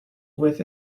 with